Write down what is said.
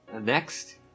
Next